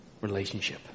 relationship